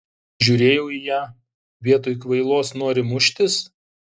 žiūrėjau į ją vietoj kvailos nori muštis